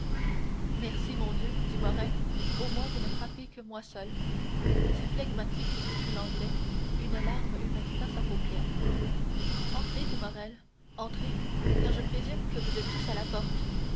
merci mon dieu dit morrel au moins vous ne frappez que moi seul si flegmatique que fût l'anglais une larme humecta sa paupière entrez dit morrel entrez car je présume que vous êtes tous à la porte